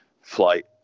Flight